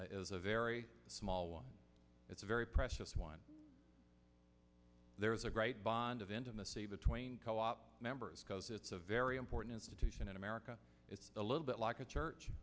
is a very small one it's a very precious one there is a great bond of intimacy between co op members because it's a very important institution in america it's a little bit like a church